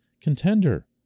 contender